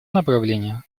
направление